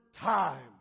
time